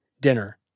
dinner